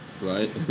right